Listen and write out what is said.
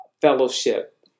fellowship